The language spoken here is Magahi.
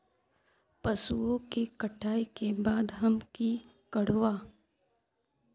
पशुओं के कटाई के बाद हम की करवा?